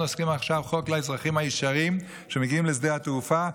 אנחנו עושים עכשיו חוק לאזרחים הישרים שמגיעים לשדה התעופה.